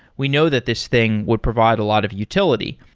we know that this thing would provide a lot of utility.